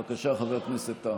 בבקשה, חבר הכנסת טאהא.